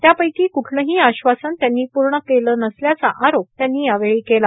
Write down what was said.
त्यापैकी कुठलंही आश्वासनं त्यांनी पूर्ण केली नसल्याचा आरोप त्यांनी यावेळी केला